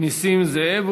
נסים זאב,